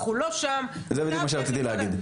אנחנו לא שם --- זה בדיוק מה שרציתי להגיד.